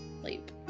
Sleep